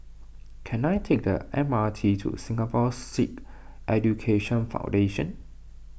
can I take the M R T to Singapore Sikh Education Foundation